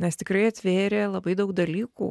nes tikrai atvėrė labai daug dalykų